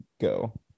Go